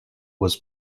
was